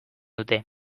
dute